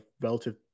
relative